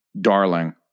darling